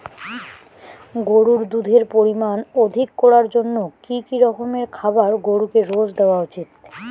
গরুর দুধের পরিমান অধিক করার জন্য কি কি রকমের খাবার গরুকে রোজ দেওয়া উচিৎ?